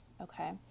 okay